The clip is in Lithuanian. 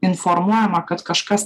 informuojama kad kažkas